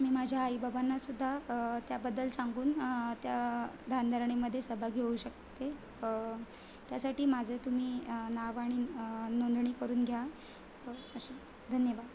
मी माझ्या आईबाबांनासुद्धा त्याबद्दल सांगून त्या ध्यानधारणेमध्ये सहभागी होऊ शकते त्यासाठी माझं तुम्ही नाव आणि नोंदणी करून घ्या अशा धन्यवाद